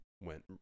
went